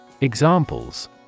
Examples